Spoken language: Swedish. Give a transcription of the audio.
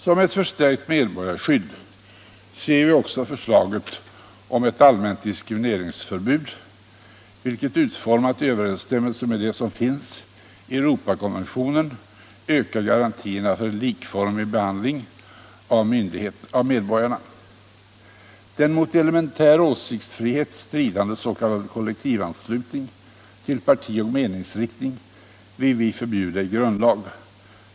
Som ett förstärkt medborgarskydd ser vi också förslaget om ett allmänt diskrimineringsförbud, vilket utformat i överensstämmelse med det som finns i Europakonventionen ökar garantierna för en likformig behandling av medborgarna. Den mot elementär åsiktsfrihet stridande s.k. kollektivanslutningen till parti och meningsriktning vill vi förbjuda i grundlag.